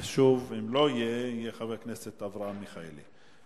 ושוב, אם לא יהיה, יהיה חבר הכנסת אברהם מיכאלי.